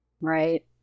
Right